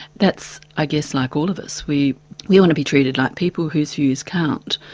that's, i guess, like all of us we we want to be treated like people whose views count,